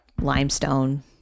limestone